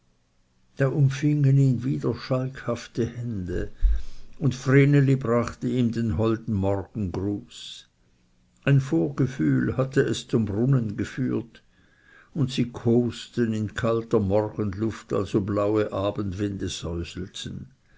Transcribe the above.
da umfingen ihn wieder schalkhafte hände und vreneli brachte ihm den holden morgengruß ein vorgefühl hatte es zum brunnen geführt und sie kosten in kalter morgenluft als ob laue abendwinde